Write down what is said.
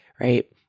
right